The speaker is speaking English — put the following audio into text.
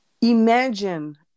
Imagine